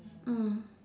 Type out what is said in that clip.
mm